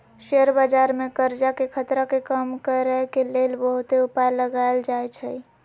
share बजार में करजाके खतरा के कम करए के लेल बहुते उपाय लगाएल जाएछइ